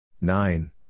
Nine